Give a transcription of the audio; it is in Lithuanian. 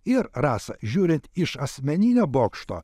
ir rasa žiūrint iš asmeninio bokšto